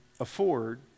afford